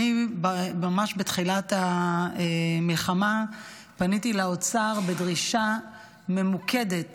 ממש בתחילת המלחמה פניתי לאוצר בדרישה ממוקדת